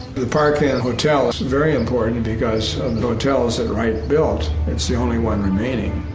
the park inn hotel, this is very important and because um the hotel is that wright built, it's the only one remaining.